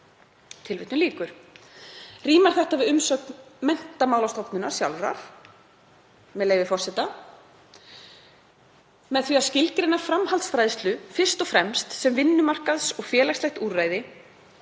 í landinu.“ Rímar þetta við umsögn Menntamálastofnunar sjálfrar, með leyfi forseta: „Með því að skilgreina framhaldsfræðslu fyrst og fremst sem vinnumarkaðs- og félagslegt úrræði